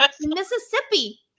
Mississippi